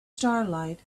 starlight